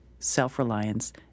self-reliance